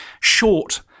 short